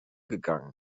gegangen